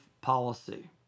policy